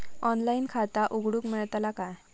Online खाता उघडूक मेलतला काय?